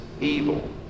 evil